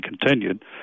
continued